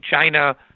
China